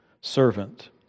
servant